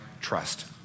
trust